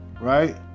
right